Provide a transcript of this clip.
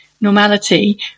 normality